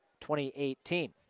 2018